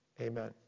Amen